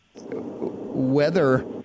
weather